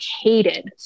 hated